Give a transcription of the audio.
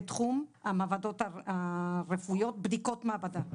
בתחום המעבדות הרפואיות, בדיקות מעבדה.